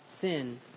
sin